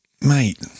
Mate